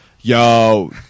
yo